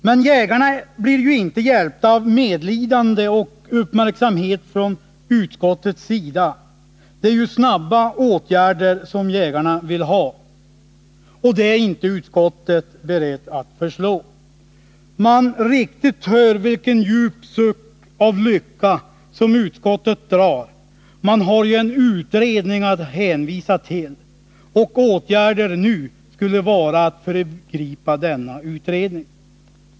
Men jägarna blir ju inte hjälpta av medlidande och uppmärksamhet från utskottets sida. Det är snabba åtgärder som jägarna vill ha, och det är utskottet inte berett att föreslå. Man riktigt hör vilken djup suck av lycka utskottet drar — man har ju en utredning att hänvisa till, och åtgärder nu skulle vara att föregripa denna utredning.